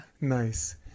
Nice